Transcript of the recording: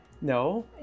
No